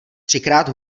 třikrát